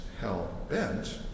hell-bent